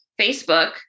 Facebook